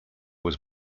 was